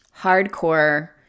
hardcore